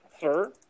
sir